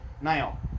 now